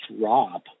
rob